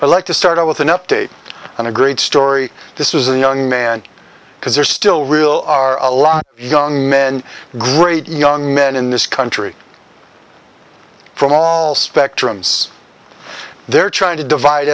i like to start out with an update on a great story this is a young man because there are still real are a lot young men great young men in this country from all spectrums they're trying to divide